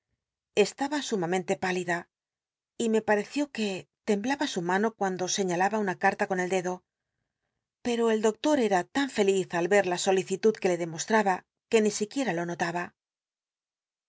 estaba sumamente p ilida y me patcció que temblaba su mano cuando señalaba una carla con el dedo pero el doctot era tan feliz al ver la solici tud que le demost raba que ni siquiera lo no